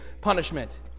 punishment